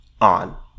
on